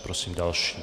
Prosím další.